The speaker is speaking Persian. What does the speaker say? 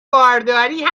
بارداری